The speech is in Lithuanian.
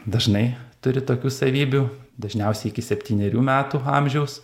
dažnai turi tokių savybių dažniausiai iki septynerių metų amžiaus